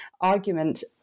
argument